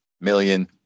million